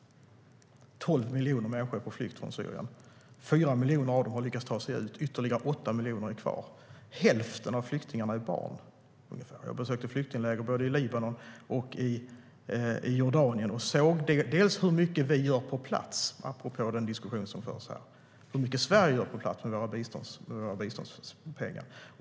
12 miljoner människor är på flykt från Syrien. 4 miljoner av dem har lyckats ta sig ut. Ytterligare 8 miljoner är kvar. Hälften av flyktingarna är barn. Jag besökte flyktingläger både i Libanon och i Jordanien och såg bland annat hur mycket vi, Sverige, gör på plats, apropå den diskussion som förs här, med våra biståndspengar.